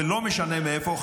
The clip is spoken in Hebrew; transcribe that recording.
ולא משנה מאיפה,